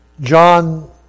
John